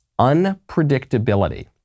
unpredictability